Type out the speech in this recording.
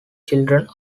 children